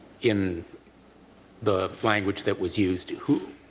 in the language that was used, who who